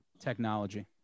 Technology